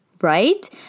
right